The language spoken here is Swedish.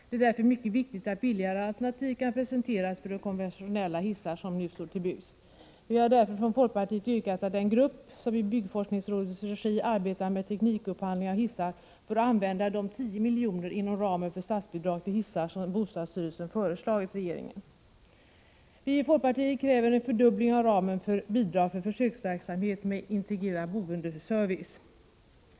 Det är därför mycket viktigt att billigare alternativ till de konventionella hissar som nu står till buds kan presenteras. Vi har därför från folkpartiet yrkat att den grupp som i byggforskningsrådets regi arbetar med teknikupphandling av hissar får använda de 10 miljonerna inom ramen för de statsbidrag till hissar som bostadsstyrelsen föreslagit regeringen. Vi i folkpartiet kräver en fördubbling av ramen för bidrag för försöksverksamhet med integrerad boendeservice.